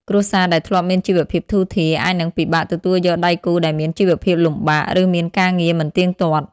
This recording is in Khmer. គ្រួសារដែលធ្លាប់មានជីវភាពធូរធារ អាចនឹងពិបាកទទួលយកដៃគូដែលមានជីវភាពលំបាក ឬមានការងារមិនទៀងទាត់។